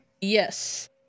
Yes